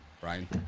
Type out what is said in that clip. Brian